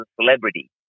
celebrity